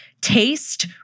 Taste